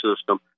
system